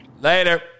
Later